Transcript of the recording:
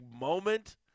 moment